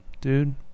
dude